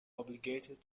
obligated